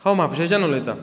हांव म्हापशेंच्यान उलयतां